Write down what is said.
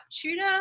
tutor